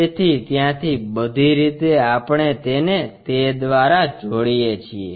તેથી ત્યાંથી બધી રીતે આપણે તેને તે દ્વારા જોડીએ છીએ